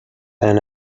and